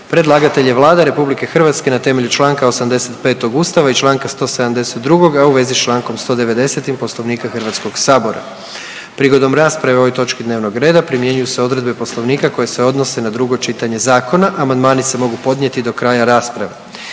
Predlagatelj je Vlada RH na temelju Članka 85. Ustava i Članka 172., a u vezi s Člankom 190. Poslovnika Hrvatskog sabora. Prigodom rasprave o ovoj točki dnevnog reda primjenjuju se odredbe Poslovnika koje se odnose na drugo čitanje zakona. Amandmani se mogu podnijeti do kraja rasprave.